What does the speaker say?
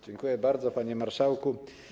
Dziękuję bardzo, panie marszałku.